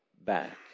back